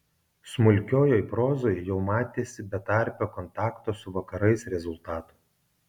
smulkiojoj prozoj jau matėsi betarpio kontakto su vakarais rezultatų